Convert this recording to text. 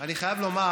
אני חייב לומר